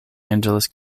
angeles